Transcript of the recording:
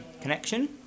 connection